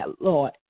Lord